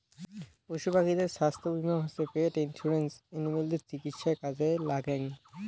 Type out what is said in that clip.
পশু পাখিদের ছাস্থ্য বীমা হসে পেট ইন্সুরেন্স এনিমালদের চিকিৎসায় কাজে লাগ্যাঙ